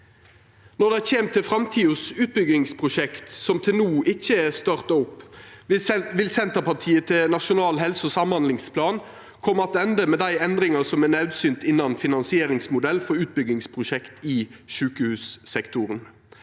Når det kjem til framtidas utbyggingsprosjekt som til no ikkje er starta opp, vil Senterpartiet ved behandlinga av Nasjonal helse- og samhandlingsplan koma attende med dei endringane som er naudsynte innanfor finansieringsmodell for utbyggingsprosjekt i sjukehussektoren.